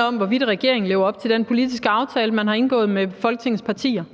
om, hvorvidt regeringen lever op til den politiske aftale, man har indgået med Folketingets partier.